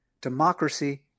democracy